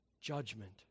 judgment